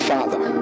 Father